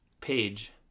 page